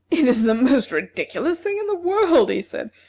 it is the most ridiculous thing in the world, he said.